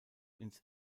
ins